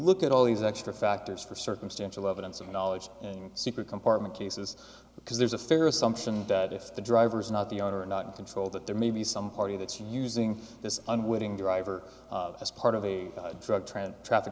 look at all these extra factors for circumstantial evidence and knowledge in secret compartment cases because there's a fair assumption that if the driver is not the owner and not in control that there may be some party that's using this unwitting driver as part of a drug trend traffic